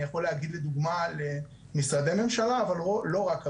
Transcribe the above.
אני יכול להגיד לדוגמא על משרדי ממשלה, אבל לא רק.